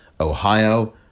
Ohio